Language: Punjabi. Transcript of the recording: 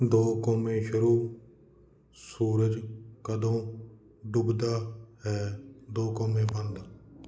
ਦੋ ਕੌਮੇ ਸ਼ੁਰੂ ਸੂਰਜ ਕਦੋਂ ਡੁੱਬਦਾ ਹੈ ਦੋ ਕੌਮੇ ਬੰਦ